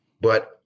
But-